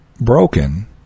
broken